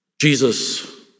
Jesus